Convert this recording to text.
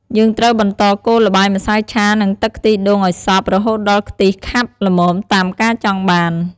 យើងត្រូវបន្តកូរល្បាយម្សៅឆានិងទឹកខ្ទិះដូងឲ្យសព្វ រហូតដល់ខ្ទិះខាប់ល្មមតាមការចង់បាន។